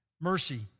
mercy